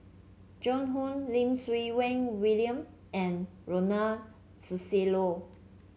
Joan Hon Lim Siew Wai William and Ronald Susilo